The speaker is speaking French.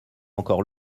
encore